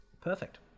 Perfect